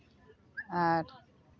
ᱟᱨ